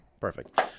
perfect